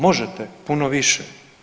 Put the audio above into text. Možete puno više.